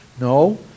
No